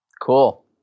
Cool